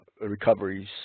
recoveries